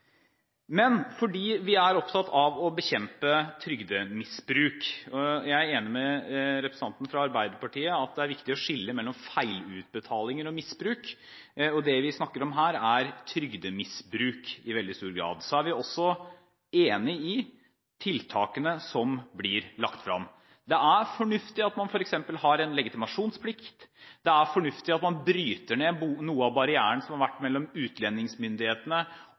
Men fordi vi er opptatt av å bekjempe trygdemisbruk – jeg er enig med representanten fra Arbeiderpartiet i at det er viktig å skille mellom feilutbetalinger og misbruk, og det vi snakker om her, er trygdemisbruk i veldig stor grad – er vi også enig i tiltakene som blir lagt frem. Det er fornuftig at man f.eks. har legitimasjonsplikt. Det er fornuftig at man bryter ned noen av barrierene som har vært mellom utlendingsmyndighetene